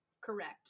correct